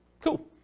Cool